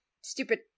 stupid